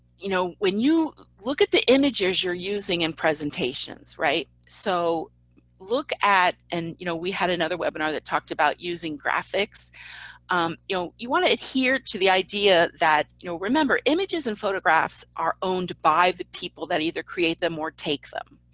you know when you look at the images you're using in presentations, right, so look at, and you know we had another webinar that talked about using graphics you know you want to adhere to the idea that you know remember images and photographs are owned by the people that either create them or take them.